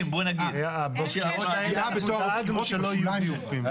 בבחירות האלה דאגנו שלא יהיו זיופים.